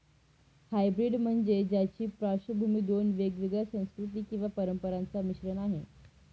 hybrid म्हणजे ज्याची पार्श्वभूमी दोन वेगवेगळ्या संस्कृती किंवा परंपरांचा मिश्रण आहे